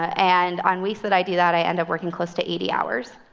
and on weeks that i do that, i end up working close to eighty hours.